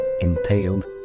entailed